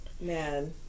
Man